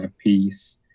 piece